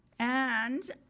and,